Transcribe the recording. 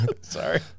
Sorry